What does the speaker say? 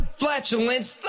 flatulence